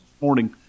morning